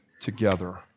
together